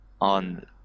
on